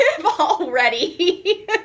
already